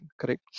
correct